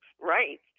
Right